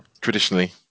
Traditionally